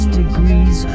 degrees